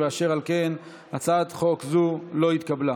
אשר על כן, הצעת חוק זו לא התקבלה.